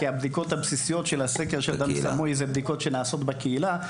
כי הבדיקות הבסיסיות של דם סמוי אלו בדיקות שנעשות בקהילה.